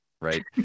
right